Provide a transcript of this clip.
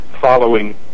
following